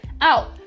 out